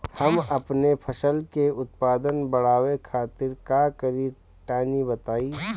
हम अपने फसल के उत्पादन बड़ावे खातिर का करी टनी बताई?